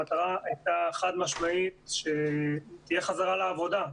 המטרה הייתה חד משמעית שתהיה חזרה לעבודה.